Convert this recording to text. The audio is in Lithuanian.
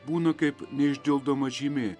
būna kaip neišdildoma žymė